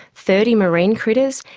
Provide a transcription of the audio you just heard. thirty marine critters,